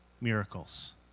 miracles